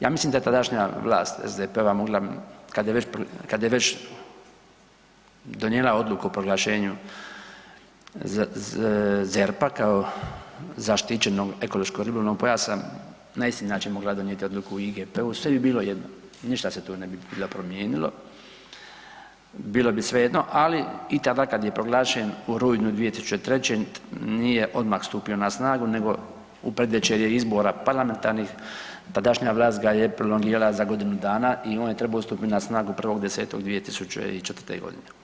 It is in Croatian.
Ja mislim da je tadašnja vlast SDP-ova mogla kad je već donijela odluku o proglašenja ZERP-a kao zaštićenog ekološko-ribolovnog pojasa, na isti način mogla donijeti odluku o IGP-u, sve bi bilo jednako, ništa se tu ne bi bilo promijenilo, bilo bi svejedno ali i tada kad je proglašen u rujnu 2003., nije odmah stupio na snagu nego u predvečerje izbora parlamentarnih, tadašnja vlast ga je prolongirala za godinu dana i on je trebao stupit na snagu 1.10.2004. godine.